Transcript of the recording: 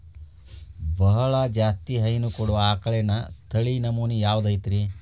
ಬಹಳ ಜಾಸ್ತಿ ಹೈನು ಕೊಡುವ ಆಕಳಿನ ತಳಿ ನಮೂನೆ ಯಾವ್ದ ಐತ್ರಿ?